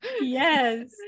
yes